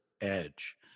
edge